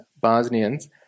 Bosnians